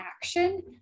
action